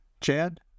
Chad